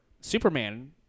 Superman